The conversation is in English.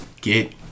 get